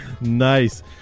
Nice